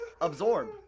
absorb